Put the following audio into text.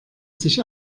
sich